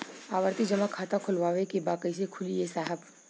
आवर्ती जमा खाता खोलवावे के बा कईसे खुली ए साहब?